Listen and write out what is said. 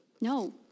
No